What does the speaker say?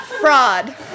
fraud